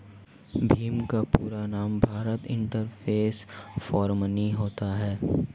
भीम का पूरा नाम भारत इंटरफेस फॉर मनी होता है